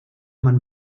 man